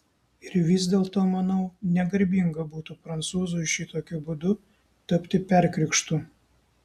ir vis dėlto manau negarbinga būtų prancūzui šitokiu būdu tapti perkrikštu